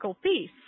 piece